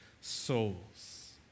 souls